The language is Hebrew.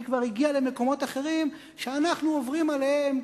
היא כבר הגיעה למקומות אחרים שאנחנו עוברים עליהם,